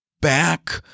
back